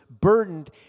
burdened